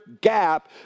gap